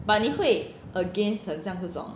but 你会 against 很像这种